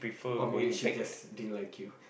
or maybe she just didn't like you